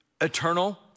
eternal